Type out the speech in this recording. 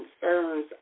concerns